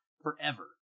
forever